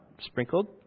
sprinkled